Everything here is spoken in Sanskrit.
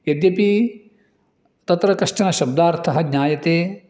यद्यपि तत्र कश्चन शब्दार्थः ज्ञायते